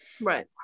Right